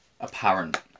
apparent